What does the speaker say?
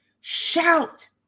shout